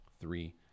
Three